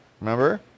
Remember